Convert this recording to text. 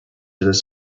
through